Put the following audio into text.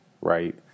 right